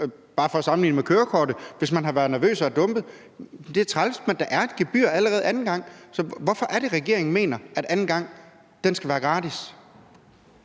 bare for at sammenligne med kørekortet – hvis man har været nervøs og er dumpet. Det er træls, men der er et gebyr allerede anden gang. Så hvorfor er det, regeringen mener, at anden gang skal være gratis?